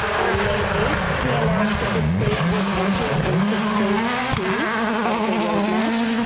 on may eighth he announced that the state would enter into stage two of the roadmap.